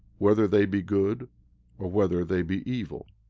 whether they be good or whether they be evil.